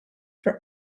for